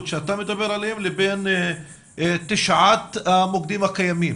שאתה מדבר עליהם לבין תשעת המוקדים הקיימים.